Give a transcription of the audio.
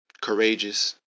courageous